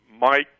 Mike